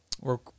work